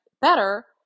better